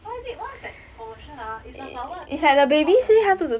why is it what's that promotion ah it's about what 肚子痛 [one]